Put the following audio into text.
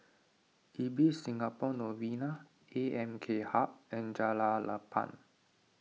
Ibis Singapore Novena A M K Hub and Jalan Lapang